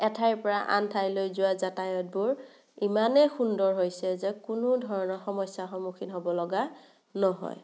এঠাইৰ পৰা আন ঠাইলৈ যোৱা যাতায়তবোৰ ইমানেই সুন্দৰ হৈছে যে কোনো ধৰণৰ সমস্যা সন্মুখীন হ'ব লগা নহয়